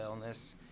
illness